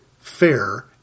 fair